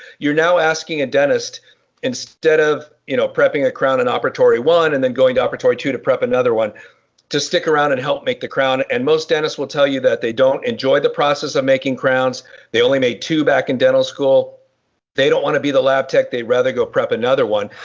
you're now asking a dentist instead of you know prepping a crown in and operatory one and then going to operatory to to prep another one to stick around and help make the crown and most dentists will tell you that they don't enjoy the process of making crowns they only made two back in dental school they don't want to be the lab tech they'd rather go prep another one.